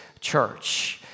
church